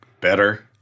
better